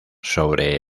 sobre